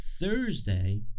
Thursday